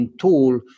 tool